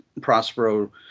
Prospero